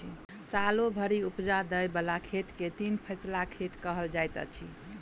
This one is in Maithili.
सालो भरि उपजा दय बला खेत के तीन फसिला खेत कहल जाइत अछि